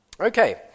Okay